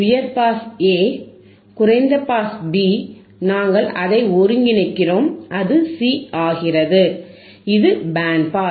உயர் pass A குறைந்த pass B நாங்கள் அதை ஒருங்கிணைக்கிறோம் அது C ஆகிறது இது பேண்ட் பாஸ்